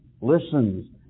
listens